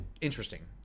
interesting